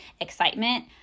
excitement